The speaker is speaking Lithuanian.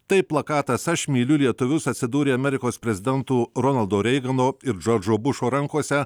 tai plakatas aš myliu lietuvius atsidūrė amerikos prezidentų ronaldo reigano ir džordžo bušo rankose